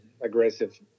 aggressive